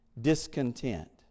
discontent